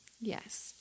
Yes